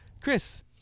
Chris